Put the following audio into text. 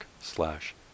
slash